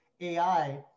AI